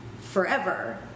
forever